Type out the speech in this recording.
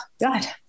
God